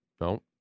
No